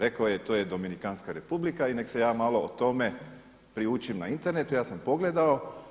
Rekao je to je Dominikanska Republika i neka se ja malo o tome priučim na internetu, ja sam pogledao.